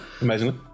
amazingly